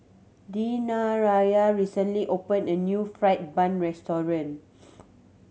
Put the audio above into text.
Dayanara recently opened a new fried bun restaurant